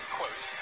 quote